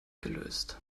gelöst